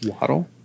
Waddle